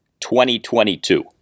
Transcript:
2022